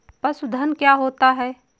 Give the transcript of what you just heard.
पशुधन क्या होता है?